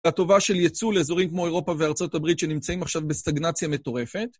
לטובה של ייצוא לאזורים כמו אירופה וארה״ב שנמצאים עכשיו בסטגנציה מטורפת.